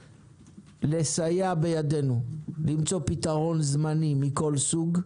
לסייע בידינו למצוא פתרון זמני מכל סוג,